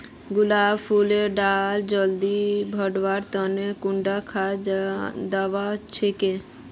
गुलाब फुल डा जल्दी बढ़वा तने कुंडा खाद दूवा होछै?